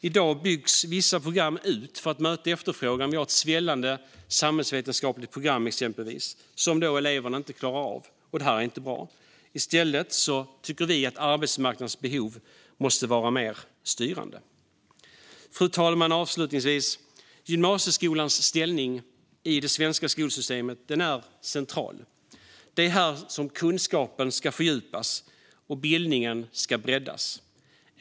I dag byggs vissa program ut för att möta efterfrågan - ett exempel är det svällande samhällsvetenskapliga programmet, som eleverna inte klarar av. Det här är inte bra. Vi tycker att arbetsmarknadens behov i stället måste vara mer styrande. Fru talman! Avslutningsvis vill jag säga att gymnasieskolans ställning i det svenska skolsystemet är central. Det är här kunskapen ska fördjupas och bildningen breddas.